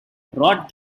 wrote